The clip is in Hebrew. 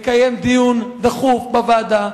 לקיים דיון דחוף בוועדה.